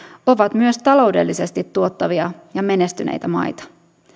ovat myös taloudellisesti tuottavia ja menestyneitä maita